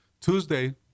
Tuesday